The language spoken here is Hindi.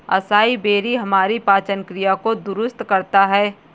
असाई बेरी हमारी पाचन क्रिया को दुरुस्त करता है